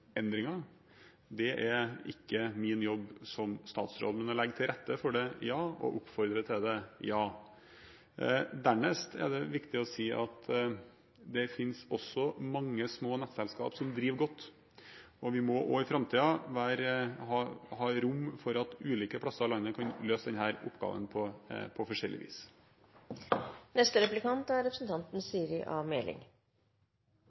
Det er ikke min jobb som statsråd, men å legge til rette for det – ja – og å oppfordre til det – ja. Dernest er det viktig å si at det også finnes mange små nettselskap som driver godt. Vi må også i framtiden ha rom for at man på ulike plasser i landet kan få løse denne oppgaven forskjellig vis. En ting er